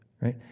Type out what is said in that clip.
right